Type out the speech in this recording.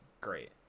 great